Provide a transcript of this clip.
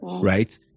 right